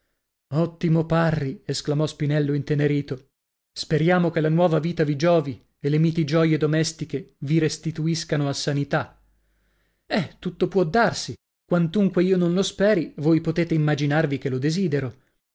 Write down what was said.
ottimo parri esclamò spinello intenerito speriamo che la nuova vita vi giovi e le miti gioie domestiche vi restituiscano a sanità eh tutto può darsi quantunque io non lo speri voi potete immaginarvi che lo desidero